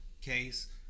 case